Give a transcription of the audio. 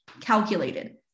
calculated